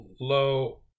low